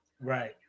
right